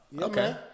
Okay